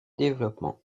développement